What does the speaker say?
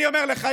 אני אומר לך,